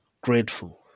grateful